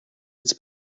its